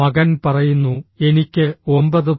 മകൻ പറയുന്നു എനിക്ക് 9